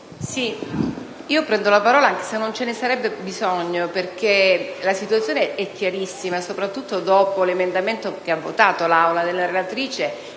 prendo la parola anche se non ce ne sarebbe bisogno, perché la situazione è chiarissima, soprattutto dopo l'emendamento della relatrice